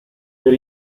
per